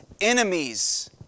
enemies